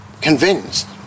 convinced